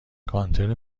کانتر